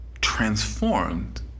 transformed